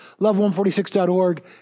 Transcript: love146.org